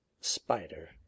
spider